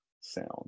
sound